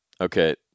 Okay